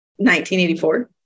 1984